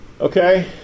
Okay